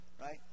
right